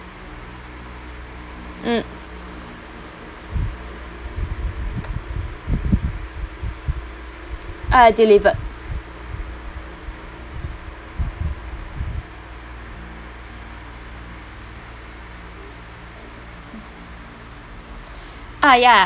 mm uh delivered ah ya